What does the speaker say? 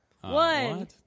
One